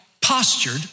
postured